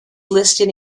listed